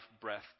breath